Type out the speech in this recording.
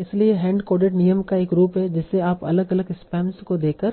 इसलिए यह hand coded नियम का एक रूप है जिसे आप अलग अलग स्पैम्स को देखकर